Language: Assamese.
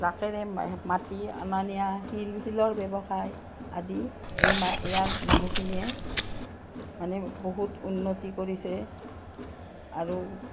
ট্ৰাকেৰে মাটি অনা নিয়া শিল শিলৰ ব্যৱসায় আদি এই ইয়াৰ মানুহখিনিয়ে মানে বহুত উন্নতি কৰিছে আৰু